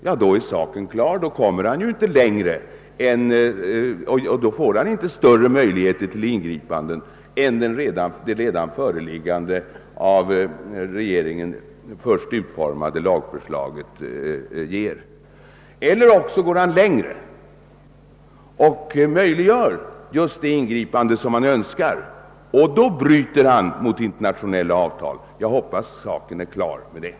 Ja, då är saken klar, ty då kommer han inte längre och får inte större möjligheter till ingripanden än det redan föreliggande av regeringen först utformade lagförslaget ger — eller också går han längre och möjliggör just det ingripande som han önskar. Men då bryter han mot internationella avtal. Jag hoppas att saken är klar med detta.